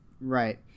Right